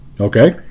Okay